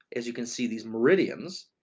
as you can see these meridia and